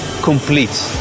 complete